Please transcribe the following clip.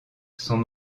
sont